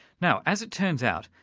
now as it turns out,